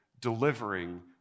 delivering